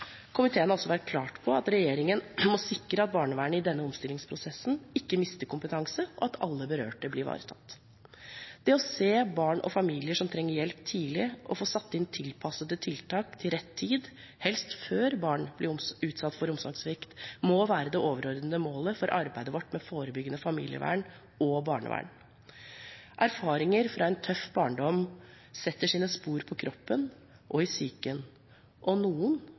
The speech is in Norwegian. Komiteen har også vært klar på at regjeringen må sikre at barnevernet i denne omstillingsprosessen ikke mister kompetanse, og at alle berørte blir ivaretatt. Det å se barn og familier som trenger hjelp tidlig, og få satt inn tilpassede tiltak til rett tid, helst før barn blir utsatt for omsorgssvikt, må være det overordnede målet for arbeidet vårt med forebyggende familievern og barnevern. Erfaringer fra en tøff barndom setter sine spor på kroppen og i psyken, og noen